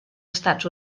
estats